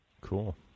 Cool